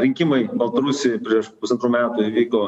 rinkimai baltarusijoj prieš pusantrų metų įvyko